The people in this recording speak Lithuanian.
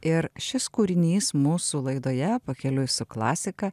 ir šis kūrinys mūsų laidoje pakeliui su klasika